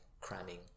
cramming